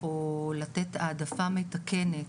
או לתת העדפה מתקנת,